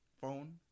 phone